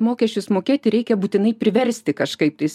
mokesčius mokėti reikia būtinai priversti kažkaip tais